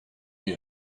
you